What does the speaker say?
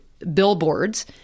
billboards